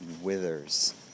withers